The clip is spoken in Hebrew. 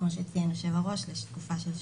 כמו שציין יושב-הראש, לתקופה של שבועיים.